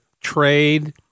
trade